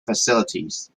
facilities